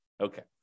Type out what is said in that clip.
Okay